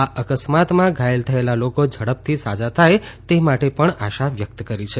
આ અકસ્માતમાં ઘાયલ થયેલા લોકો ઝડપથી સાજા થાય તે માટે પણ આશા વ્યક્ત કરી છે